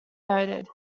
noted